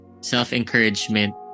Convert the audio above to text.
self-encouragement